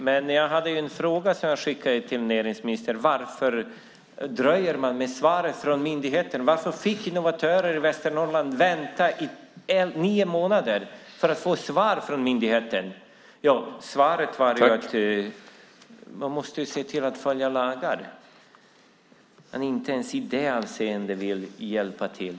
Jag skickade med en fråga till näringsministern om varför det dröjer med svar från myndigheten. Varför fick innovatörer i Västernorrland i nio månader vänta på svar från myndigheten? Ja, svaret var att man måste se till att följa lagar. Inte ens i det avseendet vill man alltså hjälpa till.